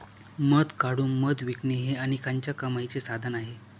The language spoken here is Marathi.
मध काढून मध विकणे हे अनेकांच्या कमाईचे साधन आहे